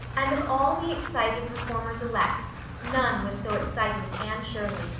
and of all the excited performers-elect none was so excited as anne shirley,